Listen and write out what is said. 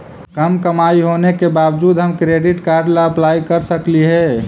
कम कमाई होने के बाबजूद हम क्रेडिट कार्ड ला अप्लाई कर सकली हे?